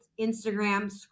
Instagram